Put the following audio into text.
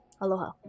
Aloha